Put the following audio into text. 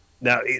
Now